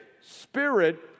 Spirit